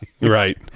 right